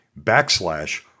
backslash